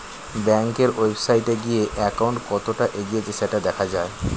ব্যাংকের ওয়েবসাইটে গিয়ে অ্যাকাউন্ট কতটা এগিয়েছে সেটা দেখা যায়